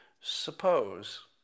Suppose